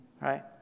Right